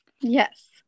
Yes